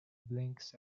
blinks